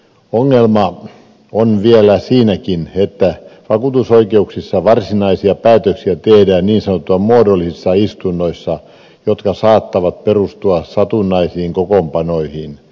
ongelma on vielä siinäkin että vakuutusoikeuksissa varsinaisia päätöksiä tehdään niin sanotuissa muodollisissa istunnoissa jotka saattavat perustua satunnaisiin kokoonpanoihin